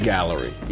Gallery